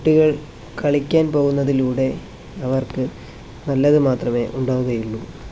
കുട്ടികൾ കളിക്കാൻ പോകുന്നതിലൂടെ അവർക്ക് നല്ലതു മാത്രമേ ഉണ്ടാകുകയുള്ളൂ